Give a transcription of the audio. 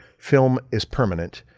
film is permanent'.